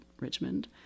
Richmond